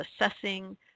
assessing